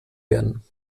werden